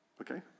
Okay